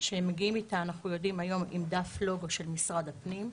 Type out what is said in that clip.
עם דף לוגו של משרד הפנים.